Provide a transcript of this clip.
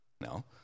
No